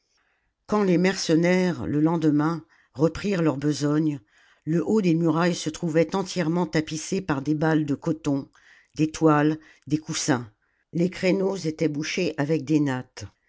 quand les mercenaires le lendemain reprirent leur besogne le haut des murailles se trouvait entièrement tapissé par des balles de coton des toiles des coussins les créneaux étaient bouchés avec des nattes